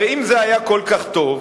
הרי אם זה היה כל כך טוב,